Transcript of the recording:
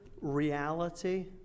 Reality